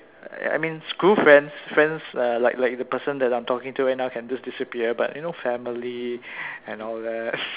I I mean school friends friends like like the person that I am talking to right now can just disappear but you know family and all that